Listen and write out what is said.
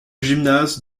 gymnase